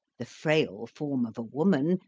the frail form of a woman,